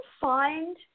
find